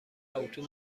اتو